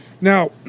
Now